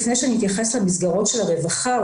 לפני שאני אתייחס למסגרות של הרווחה,